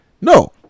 no